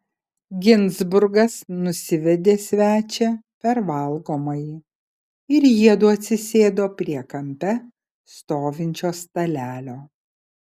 ginzburgas nusivedė svečią per valgomąjį ir jiedu atsisėdo prie kampe stovinčio stalelio